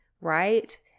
right